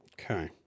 Okay